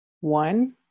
One